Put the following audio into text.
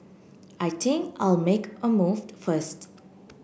I think I'll make a moved first